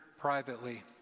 privately